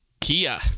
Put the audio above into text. Kia